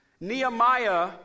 Nehemiah